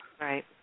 Right